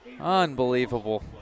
Unbelievable